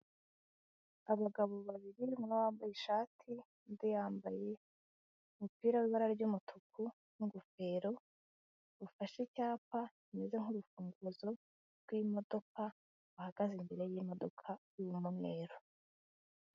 Abagabo babiri umwe yambaye ishati undi yambaye umupira w'ibara ry'umutuku n'ingofero bafashe icyapa kimeze nk'urufunguzo rw'imodoka bahagaze imbere y'imodoka y'umweru.